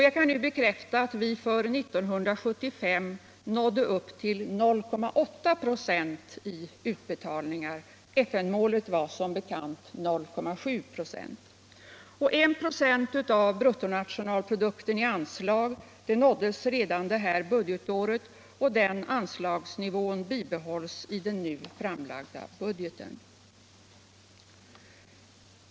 Jag kan nu bekräfta att vi för 1975 nådde upp till 0.8 25 i utbetalningar. FN-målet var som bekant 0,7 26. 1 26 av BNP i anslag nåddes redan detta budgetår. och den anslagsnivån bibehålls i den nu framlagda budgeten.